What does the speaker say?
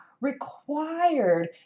required